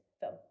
Film